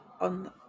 on